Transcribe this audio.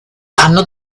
vanno